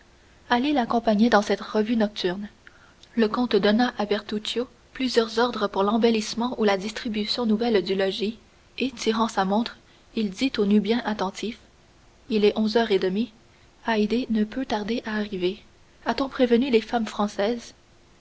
ali l'accompagnait dans cette revue nocturne le comte donna à bertuccio plusieurs ordres pour l'embellissement ou la distribution nouvelle du logis et tirant sa montre il dit au nubien attentif il est onze heures et demie haydée ne peut tarder à arriver a-t-on prévenu les femmes françaises